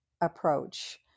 approach